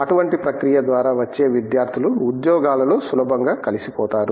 అటువంటి ప్రక్రియ ద్వారా వచ్చే విద్యార్థులు ఉద్యోగాలలో సులభంగా కలిసిపోతారు